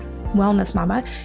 wellnessmama